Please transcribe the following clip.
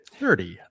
thirty